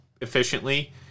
efficiently